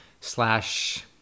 slash